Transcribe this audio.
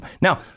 Now